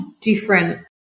different